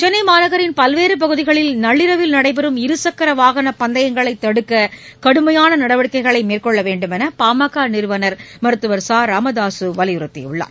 சென்னைமாநகரின் பல்வேறபகுதிகளில் நள்ளிரவில் நடைபெறம் இருசக்கரவாகனபந்தயங்களைதடுக்கடுமையானநடவடிக்கைகளைமேற்கொள்ளகொள்ளவேண்டுமெனபாமகநிறுவனா மருத்துவர் ச ராமதாசுவலியுறுத்தியுள்ளார்